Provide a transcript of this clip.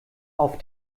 auf